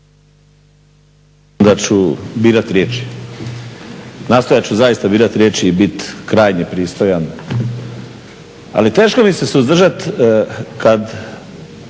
… birat riječi, nastojat ću zaista birati riječi i bit krajnje pristojan, ali teško mi se suzdržati kada